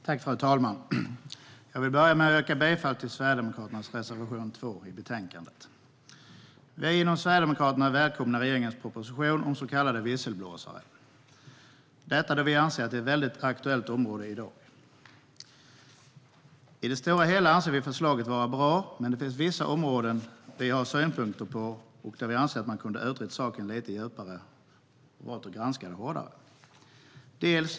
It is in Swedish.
Fru talman! Jag vill börja med att yrka bifall till Sverigedemokraternas reservation 2 i betänkandet. Vi i Sverigedemokraterna välkomnar regeringens proposition om så kallade visselblåsare eftersom vi anser att det är ett väldigt aktuellt område i dag. I det stora hela anser vi förslaget vara bra, men det finns vissa områden där vi har synpunkter och anser att man kunde ha utrett saken lite djupare och granskat det hela hårdare.